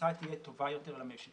והתוצאה תהיה טובה יותר למשק.